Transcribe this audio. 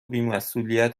بیمسئولیت